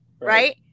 Right